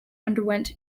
underwent